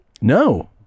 No